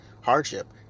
hardship